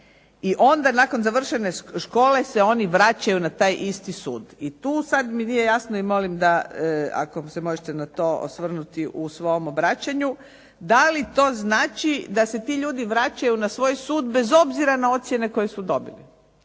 i onda nakon završene škole se oni se vraćaju na taj isti sud. I tu sad mi nije jasno i molim da ako se možete na to osvrnuti u svom obraćanju. Da li to znači da se ti ljudi vraćaju na svoj sud bez obzira na ocjene koje su dobili.